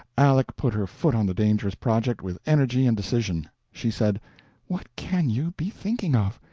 aleck put her foot on the dangerous project with energy and decision. she said what can you be thinking of?